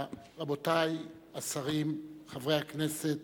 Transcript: וביום האזכור הזה, לצד הכאב,